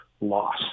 loss